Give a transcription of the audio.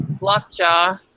Lockjaw